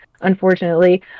unfortunately